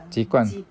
几罐